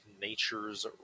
Nature's